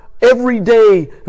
everyday